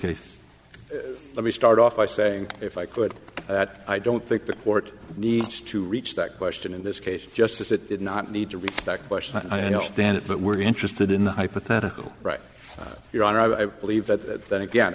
cases let me start off by saying if i could that i don't think the court needs to reach that question in this case justice it did not need to read that question i understand it but we're going trysted in the hypothetical right your honor i believe that then again